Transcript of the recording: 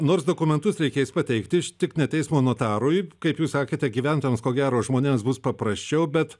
nors dokumentus reikės pateikti ši tik ne teismo notarui kaip jūs sakėte gyventojams ko gero žmonėms bus paprasčiau bet